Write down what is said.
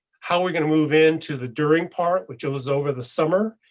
how we're going to move into the during part which it was over the summer.